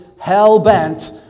hell-bent